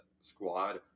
squad